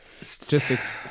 Statistics